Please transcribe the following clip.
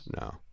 No